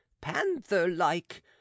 panther-like